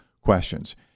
questions